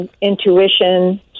intuition